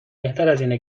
بهترازاینه